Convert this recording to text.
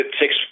six